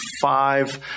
five